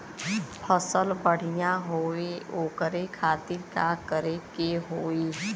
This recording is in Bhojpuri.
फसल बढ़ियां हो ओकरे खातिर का करे के होई?